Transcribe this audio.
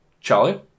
Charlie